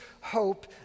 hope